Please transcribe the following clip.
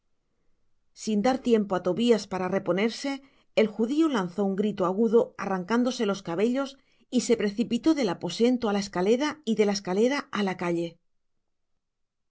sin dar tiempo á tobias para reponerse el judio lanzó un grito agudo arrancándose los cabellos y se precipitó del aposento á la escalera y de la escalera á la calle